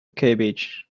cabbage